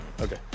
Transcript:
Okay